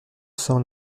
cents